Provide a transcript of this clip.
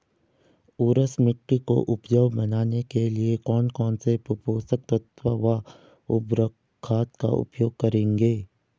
ऊसर मिट्टी को उपजाऊ बनाने के लिए कौन कौन पोषक तत्वों व उर्वरक खाद का उपयोग करेंगे?